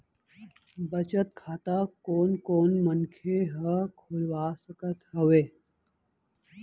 बचत खाता कोन कोन मनखे ह खोलवा सकत हवे?